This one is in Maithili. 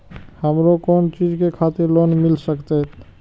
हमरो कोन चीज के खातिर लोन मिल संकेत?